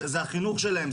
החינוך שלהם,